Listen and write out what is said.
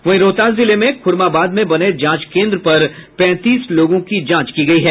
वहीं रोहतास जिले में खुरमाबाद में बने जांच केन्द्र पर पैंतीस लोगों की जांच की गयी है